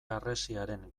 harresiaren